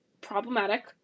problematic